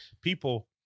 people